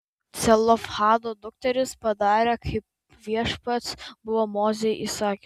celofhado dukterys padarė kaip viešpats buvo mozei įsakęs